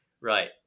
right